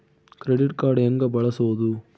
Credit card ಹೆಂಗ ಬಳಸೋದು?